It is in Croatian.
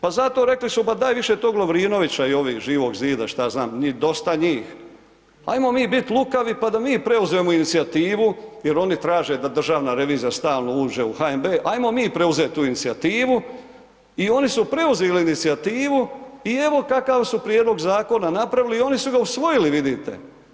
Pa zato rekli su, pa daj više tog Lovrinovića i ovih iz Živog zida, šta ja znam, njih, dosta njih, ajmo mi biti lukavi pa da mi preuzmemo inicijativu jer oni traže da Državna revizija stalno uđe u HNB, ajmo mi preuzeti tu inicijativu i oni su preuzeli inicijativu i evo kakav su prijedlog zakona napravili i oni su ga usvojili, vidite.